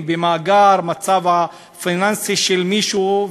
אם המצב הפיננסי של מישהו,